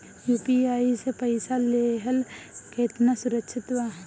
UPI से पईसा देहल केतना सुरक्षित बा?